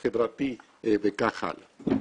החברתי וכך הלאה.